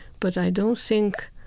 but i don't think